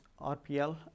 RPL